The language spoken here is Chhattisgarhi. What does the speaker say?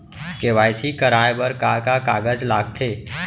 के.वाई.सी कराये बर का का कागज लागथे?